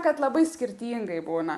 kad labai skirtingai būna